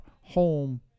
home